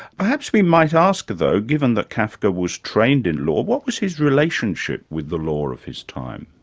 perhaps we might ask though given that kafka was trained in law, what was his relationship with the law of his time?